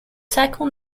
second